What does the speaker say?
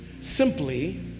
simply